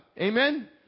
amen